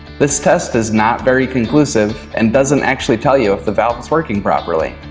this test is not very conclusive and doesn't actually tell you if the valve is working properly.